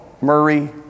Murray